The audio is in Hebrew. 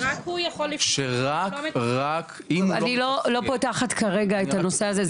שרק הוא יכול --- אני לא פותחת כרגע את הנושא הזה.